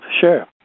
Sure